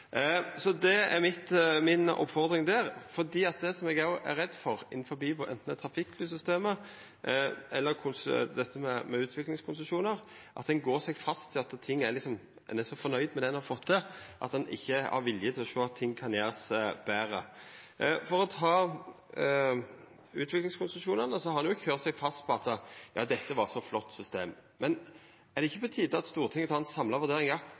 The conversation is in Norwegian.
det som eg òg er redd for, enten det er trafikklyssystemet eller utviklingskonsesjonar, er at ein går seg fast i at ein er så fornøgd med det ein har fått til, at ein ikkje har vilje til å sjå at ting kan gjerast betre. Når det gjeld utviklingskonsesjonane, har ein vel køyrt seg fast på at dette var eit så flott system. Men er det ikkje på tide at Stortinget tar ei samla